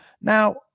Now